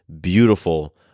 beautiful